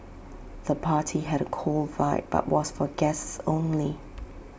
the party had A cool vibe but was for guests only